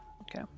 Okay